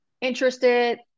interested